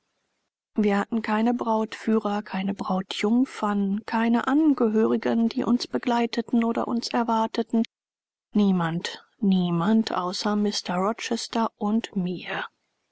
wir hatten keine brautführer keine brautjungfern keine angehörigen die uns begleiteten oder uns erwarteten niemand niemand außer mr rochester und mir